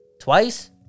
twice